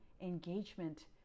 engagement